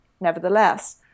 nevertheless